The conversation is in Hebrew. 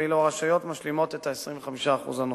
ואילו רשויות משלימות את ה-25% הנוספים.